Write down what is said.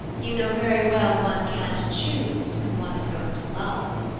you know very well one can't choose whom one is going to love.